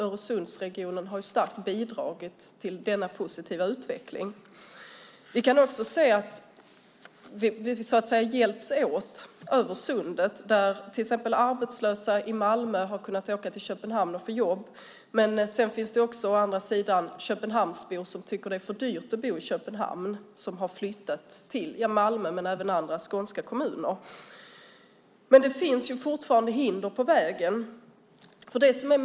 Öresundsregionen har starkt bidragit till denna positiva utveckling. Vi hjälps åt över sundet. Arbetslösa i Malmö har kunnat åka över sundet och få jobb. Sedan finns det å andra sidan Köpenhamnsbor som tycker att det är för dyrt att bo i Köpenhamn som har flyttat till Malmö men även andra skånska kommuner. Men det finns fortfarande hinder på vägen.